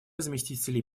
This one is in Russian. заместителей